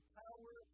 power